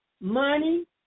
money